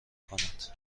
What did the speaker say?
کند